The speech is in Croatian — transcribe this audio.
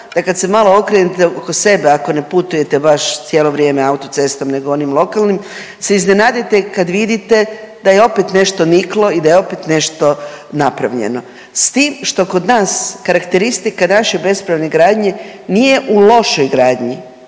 da kad se malo okrenete oko sebe ako ne putujete baš cijelo vrijeme autocestom nego onim lokalnim, se iznenadite kad vidite da je opet nešto niklo i da je opet nešto napravljeno s tim što kod nas, karakteristika naše bespravne gradnje nije u lošoj gradnji,